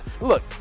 look